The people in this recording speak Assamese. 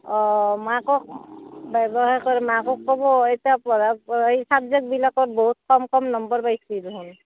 অঁ মাকক ব্যৱহাৰ কৰে এতিয়া মাকক ক'ব এতিয়া পঢ়া পঢ়া এই ছাবজেক্টবিলাকত বহুত কম কম নাম্বাৰ পাইছে দেখোন